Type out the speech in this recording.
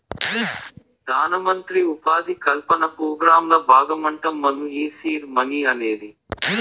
పెదానమంత్రి ఉపాధి కల్పన పోగ్రాంల బాగమంటమ్మను ఈ సీడ్ మనీ అనేది